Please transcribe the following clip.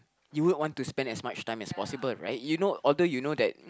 you would want to spend as much time as possible right you know although you know that